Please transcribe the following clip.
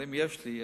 אבל אם יש לי,